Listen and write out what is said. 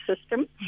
system